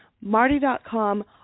Marty.com